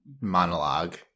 monologue